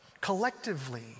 collectively